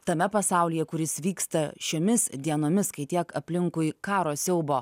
tame pasaulyje kuris vyksta šiomis dienomis kai tiek aplinkui karo siaubo